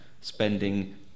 spending